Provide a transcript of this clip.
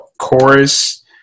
Chorus